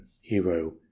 hero